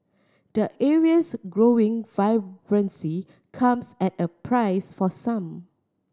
the area's growing vibrancy comes at a price for some